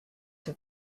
have